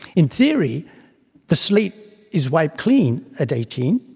in theory the slate is wiped clean at eighteen,